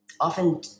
often